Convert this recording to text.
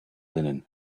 linen